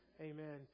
Amen